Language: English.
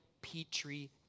Petri